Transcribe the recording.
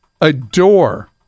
adore